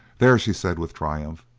there, she said, with triumph,